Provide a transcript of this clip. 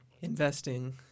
Investing